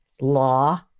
law